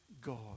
God